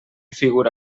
figura